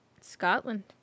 Scotland